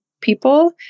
people